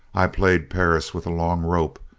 i played perris with a long rope.